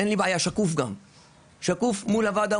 אין לי בעיה לשקף מול הוועדה,